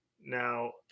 Now